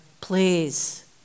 please